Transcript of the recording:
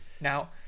now